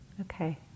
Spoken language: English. Okay